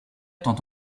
tente